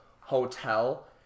Hotel